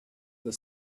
the